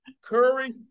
Curry